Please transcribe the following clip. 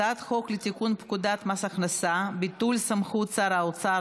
הצעת חוק לתיקון פקודת מס הכנסה (ביטול סמכות שר האוצר